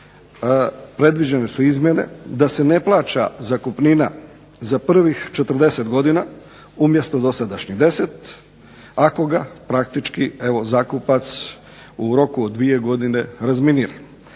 predviđene su izmjene da se ne plaća zakupnina za prvih 40 godina umjesto dosadašnjih 10 ako ga praktički evo zakupac u roku od 2 godine razminira.